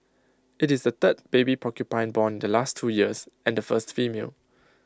IT is the third baby porcupine born in the last two years and the first female